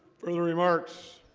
further remarks